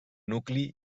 nucli